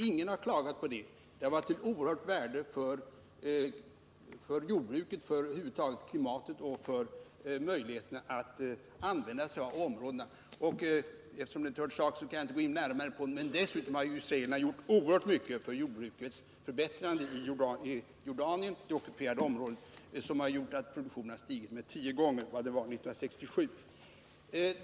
Ingen har klagat över det, och det har varit av oerhört stort värde för jordbruket, bl.a. med tanke på klimatet där, att man haft möjlighet att använda dessa områden. Det hör inte till saken, och därför skall jag inte gå närmare in på det, men jag vill säga att israelerna dessutom har gjort oerhört mycket för förbättringen av jordbruket i det ockuperade området i Jordanien. Produktionen där är tio gånger så stor nu som 1967.